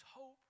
hope